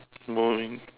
moving